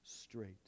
straight